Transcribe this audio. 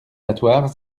battoirs